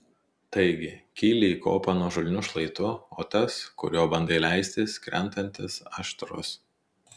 taigi kyli į kopą nuožulniu šlaitu o tas kuriuo bandai leistis krentantis aštrus